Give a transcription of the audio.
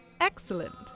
Excellent